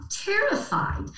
terrified